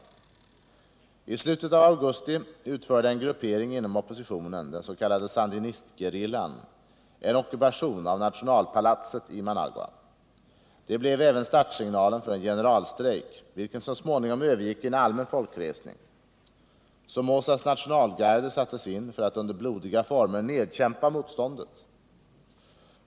I slutet av augusti utförde en gruppering inom oppositionen — den s.k. sandinistgerillan — en ockupation av nationalpalatset i Managua. Det blev även startsignalen för en generalstrejk, vilken så småningom övergick i en allmän folkresning. Somozas nationalgarde sattes in för att under blodiga former nedkämpa motståndet.